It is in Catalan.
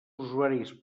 usuaris